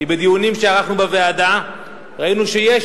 כי בדיונים שערכנו בוועדה ראינו שיש